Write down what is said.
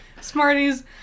Smarties